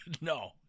No